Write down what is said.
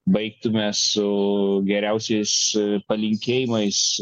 baigtume su geriausiais palinkėjimais